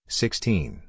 sixteen